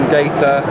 data